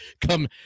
come